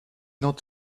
not